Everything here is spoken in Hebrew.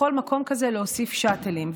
בכל מקום כזה להוסיף שאטלים.